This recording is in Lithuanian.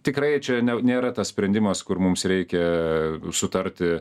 tikrai čia ne nėra tas sprendimas kur mums reikia sutarti